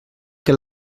que